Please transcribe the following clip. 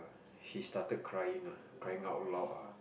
she started crying ah crying out loud ah